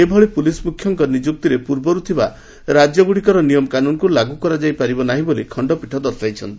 ଏଭଳି ପୁଲିସ୍ ମୁଖ୍ୟଙ୍କ ନିଯୁକ୍ତିରେ ପୂର୍ବରୁ ଥିବା ରାକ୍ୟଗୁଡ଼ିକର ନିୟମ କାନୁନ୍କୁ ଲାଗୁ କରାଯାଇପାରିବ ନାହିଁ ବୋଲି ଖଖପୀଠ ଦର୍ଶାଇଛନ୍ତି